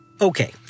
Okay